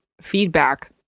feedback